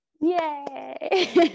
Yay